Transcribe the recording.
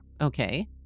Okay